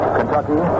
Kentucky